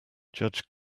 judge